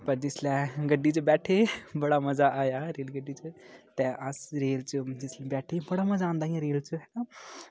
पर जिसलै गड्डी च बैठे बड़ा मज़ा आया रेलगड्डी च ते अस रेल च जिसलै बैठे बड़ा मज़ा आंदा ई रेल च